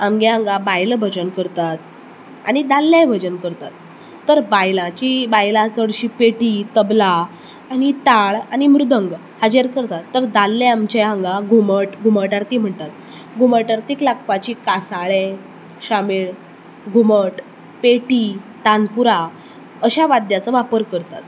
आमगे हांगा बायला भजन करतात आनी दादलेय भजन करतात तर बायलांची बायलां चडशीं पेटी तबला आनी टाळ मृदंग हाचेर करतात तर दादले आमचे हांगा घुमट घुमट आरती म्हणटात घुमट आरतीक लागपाची कासाळे शामेळ घुमट पेटी तानपुरा अश्या वाद्याचो वापर करतात